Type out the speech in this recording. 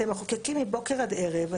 אתם מחוקקים מבוקר עד ערב,